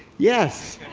yes!